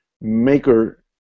Maker